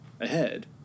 ahead